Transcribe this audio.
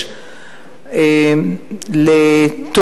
ולמעשה אני הייתי קוראת לו,